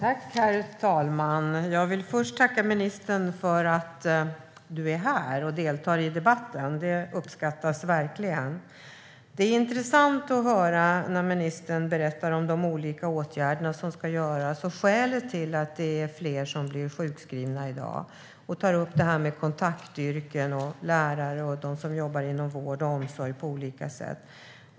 Herr talman! Jag vill först tacka ministern för att hon är här och deltar i debatten. Det uppskattas verkligen. Det är intressant att höra ministern berätta om de olika åtgärder som ska vidtas, om orsakerna till att fler blir sjukskrivna i dag och om det här med kontaktyrken, lärare och de som jobbar inom vård och omsorg på olika sätt.